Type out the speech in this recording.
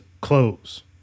close